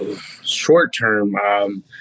Short-term